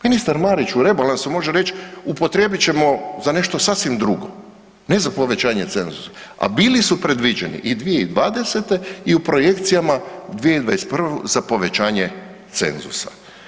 Ministar Marić u rebalansu može reći upotrijebit ćemo za nešto sasvim drugo, ne za povećanje cenzusa, a bili su predviđeni i 2020. i u projekcijama 2021. za povećanje cenzusa.